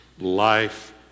life